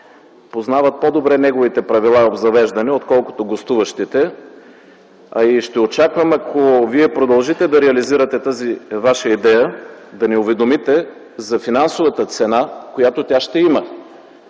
познават по-добре неговите правила и обзавеждане отколкото гостуващите. Ще очаквам, ако Вие продължите да реализирате тази Ваша идея, да ни уведомите за финансовата цена, която тя ще има.